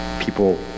people